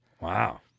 Wow